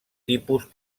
tipus